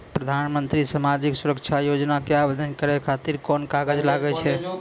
प्रधानमंत्री समाजिक सुरक्षा योजना के आवेदन करै खातिर कोन कागज लागै छै?